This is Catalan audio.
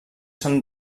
són